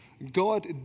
God